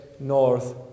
north